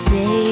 Say